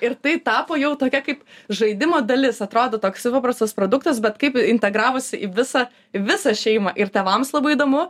ir tai tapo jau tokia kaip žaidimo dalis atrodo toksai paprastas produktas bet kaip integravosi į visą visą šeimą ir tėvams labai įdomu